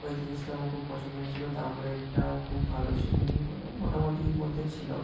ওই জিনিসটা আমার খুব পছন্দ হয়েছিল দাম রেটটাও খুব ভালো ছিল মানে মোটামুটির মধ্যে ছিল